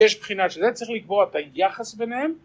יש בחינה שזה צריך לקבוע את היחס ביניהם